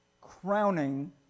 crowning